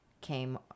came